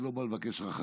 אני לא בא לבקש רחמים,